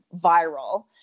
viral